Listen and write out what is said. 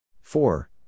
Four